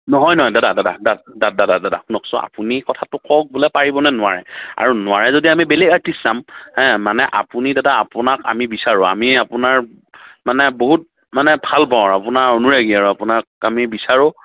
নহয় নহয় দাদা দাদা দাদ দাদ দাদা দাদা শুনকচোন আপুনি কথাটো কওক বোলে পাৰিবনে নোৱাৰে আৰু নোৱাৰে যদি আমি বেলেগ আৰ্টিষ্ট চাম হেঁ মানে আপুনি দাদা আপোনাক আমি বিচাৰোঁ আমি আপোনাৰ মানে বহুত মানে ভালপাওঁ আৰু আপোনাৰ অনুৰাগী আৰু আপোনাক আমি বিচাৰোঁ